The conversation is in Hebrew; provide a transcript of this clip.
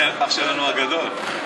אח שלנו הגדול.